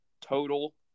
total